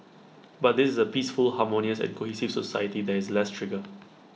but this is A peaceful harmonious and cohesive society there is less trigger